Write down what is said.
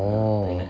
oh